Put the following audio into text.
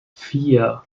vier